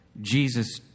Jesus